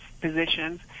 positions